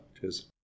Cheers